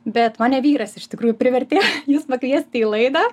bet mane vyras iš tikrųjų privertė jus pakviesti į laidą